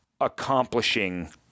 accomplishing